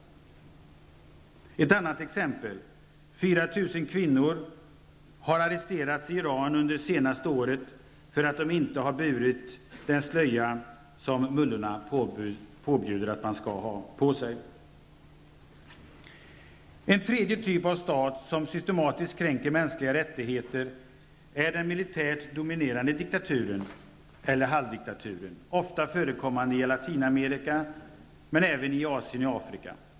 Ett annat exempel: 4 000 kvinnor har under det senaste året arresterats i Iran, därför de inte har burit den slöja som mullorna påbjuder. En tredje typ av stat som stystematiskt kränker mänskliga rättigheter är den militärt dominerade diktaturen eller halvdiktaturen, ofta förekommande i Latinamerika men även i Asien och Afrika.